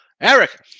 Eric